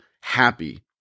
happy